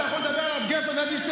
אתה יכול לדבר על הרב גרשון אדלשטיין?